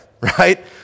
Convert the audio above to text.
right